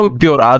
pure